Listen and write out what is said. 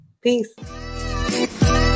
peace